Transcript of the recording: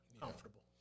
comfortable